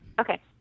Okay